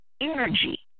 energy